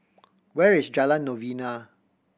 where is Jalan Novena